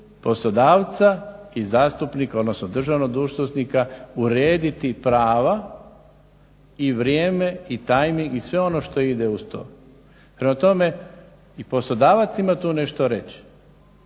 poslodavca i zastupnika, odnosno državnog dužnosnika urediti prava i vrijeme i timing i sve ono što ide uz to. Prema tome, i poslodavac ima tu nešto reći.